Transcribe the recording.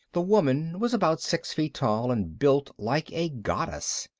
the woman was about six feet tall and built like a goddess.